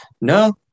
no